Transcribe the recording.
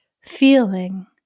feeling